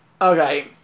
Okay